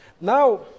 Now